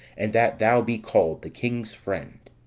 and that thou be called the king's friend,